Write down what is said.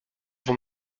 vont